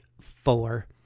four